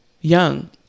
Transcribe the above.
young